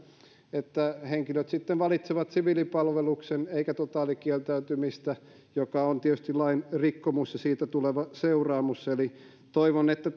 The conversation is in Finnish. että henkilöt sitten valitsevat siviilipalveluksen eivätkä totaalikieltäytymistä joka on tietysti lain rikkomus josta tulee seuraamus eli toivon että